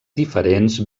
diferents